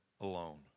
alone